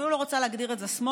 אפילו לא רוצה להגדיר את זה שמאל,